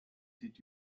did